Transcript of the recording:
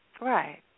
Right